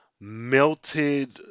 melted